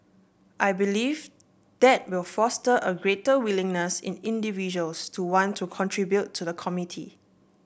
I believe that will foster a greater willingness in individuals to want to contribute to the community